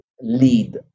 lead